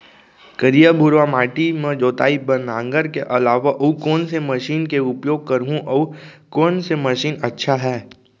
करिया, भुरवा माटी म जोताई बार नांगर के अलावा अऊ कोन से मशीन के उपयोग करहुं अऊ कोन कोन से मशीन अच्छा है?